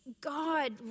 God